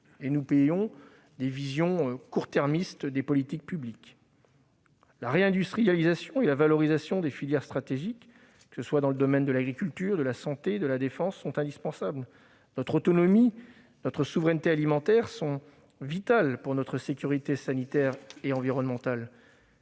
Nous payons le court-termisme des politiques publiques. La réindustrialisation et la valorisation des filières stratégiques, que ce soit l'agriculture, la santé ou la défense, sont indispensables. Notre autonomie et notre souveraineté alimentaires sont vitales pour notre sécurité sanitaire et environnementale.